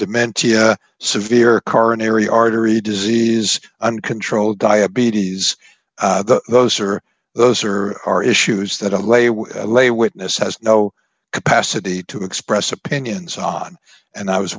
dementia severe coronary artery disease uncontrolled diabetes those are those are are issues that a lay would lay witness has no capacity to express opinions on and i was